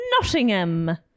Nottingham